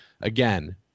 Again